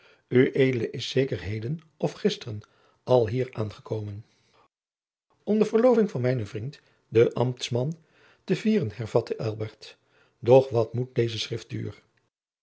is zeker heden of gisteren alhier aangekomen om de verloving van mijnen vriend den ambtman te vieren hervatte elbert doch wat moet deze schriftuur